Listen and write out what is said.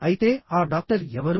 అయితే ఆ డాక్టర్ ఎవరు